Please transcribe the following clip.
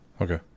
Okay